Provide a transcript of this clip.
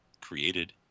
created